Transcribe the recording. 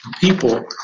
People